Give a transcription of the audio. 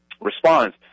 responds